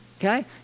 Okay